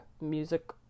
music